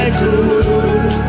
good